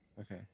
Okay